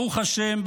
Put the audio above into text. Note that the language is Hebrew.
ברוך השם,